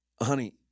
honey